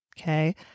okay